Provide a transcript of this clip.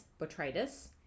botrytis